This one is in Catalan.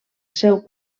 seu